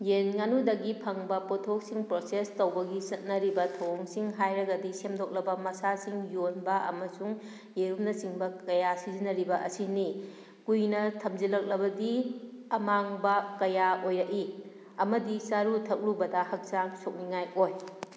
ꯌꯦꯟ ꯉꯥꯅꯨꯗꯒꯤ ꯐꯪꯕ ꯄꯣꯠꯊꯣꯛꯁꯤꯡ ꯄ꯭ꯔꯣꯁꯦꯁ ꯇꯧꯕꯒꯤ ꯆꯠꯅꯔꯤꯕ ꯊꯧꯑꯣꯡꯁꯤꯡ ꯍꯥꯏꯔꯒꯗꯤ ꯁꯦꯝꯗꯣꯛꯂꯕ ꯃꯁꯥꯁꯤꯡ ꯌꯣꯟꯕ ꯑꯃꯁꯨꯡ ꯌꯦꯔꯨꯝꯅꯆꯤꯡꯕ ꯀꯌꯥ ꯁꯤꯖꯟꯅꯔꯤꯕ ꯑꯁꯤꯅꯤ ꯀꯨꯏꯅ ꯊꯝꯖꯤꯜꯂꯛꯂꯕꯗꯤ ꯑꯃꯥꯡꯕ ꯀꯌꯥ ꯑꯣꯏꯔꯛꯏ ꯑꯃꯗꯤ ꯆꯥꯔꯨ ꯊꯛꯂꯨꯕꯗ ꯍꯛꯆꯥꯡ ꯁꯣꯛꯅꯤꯡꯉꯥꯏ ꯑꯣꯏ